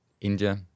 India